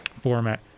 format